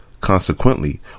Consequently